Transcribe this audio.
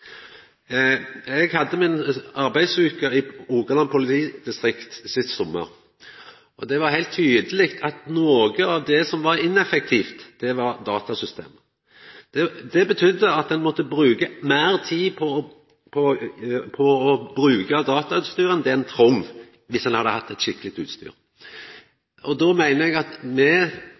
Eg hadde arbeidsveka mi i Rogaland politidistrikt sist sommar. Det var heilt tydeleg at noko av det som var ineffektivt, var datasystemet. Det betydde at ein måtte bruka meir tid på å bruka datautstyr enn det ein hadde trunge viss ein hadde hatt skikkeleg utstyr. Då meiner eg at me